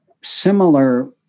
similar